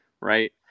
right